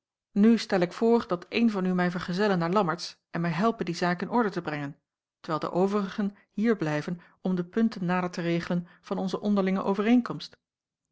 nu stel ik voor dat een van u mij vergezelle naar lammertsz en mij helpe die zaak in orde te brengen terwijl de overigen hier blijven om de punten nader te regelen van onze onderlinge overeenkomst